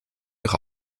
ihre